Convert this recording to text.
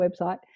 website